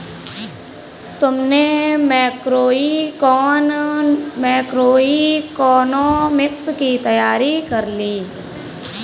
तुमने मैक्रोइकॉनॉमिक्स की तैयारी कर ली?